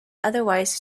otherwise